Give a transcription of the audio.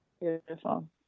Beautiful